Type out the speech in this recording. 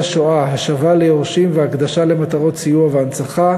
השואה (השבה ליורשים והקדשה למטרות סיוע והנצחה),